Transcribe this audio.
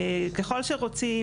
ככל שרוצים,